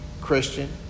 Christian